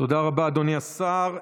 תודה רבה, אדוני השר.